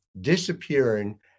disappearing